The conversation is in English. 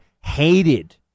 hated